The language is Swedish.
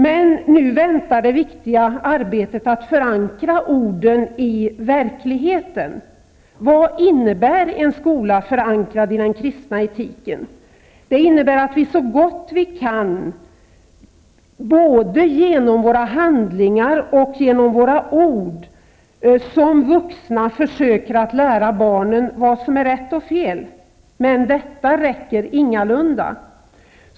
Men nu väntar det viktiga arbetet att förankra orden i verkligheten. Vad innebär en skola förankrad i den kristna etiken? Det innebär att vi så gott vi kan, både genom våra handlingar och genom våra ord, som vuxna försöker att lära barnen vad som är rätt och fel. Men detta räcker ingalunda.